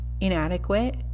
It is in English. inadequate